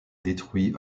détruit